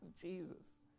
Jesus